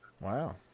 Wow